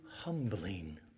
humbling